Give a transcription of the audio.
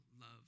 love